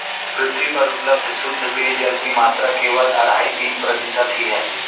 पृथ्वी पर उपलब्ध शुद्ध पेजयल की मात्रा केवल अढ़ाई तीन प्रतिशत ही है